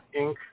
Inc